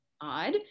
odd